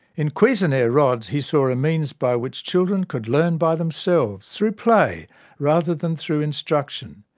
in cuisenaire rods he saw a means by which children could learn by themselves, through play rather than through instruction.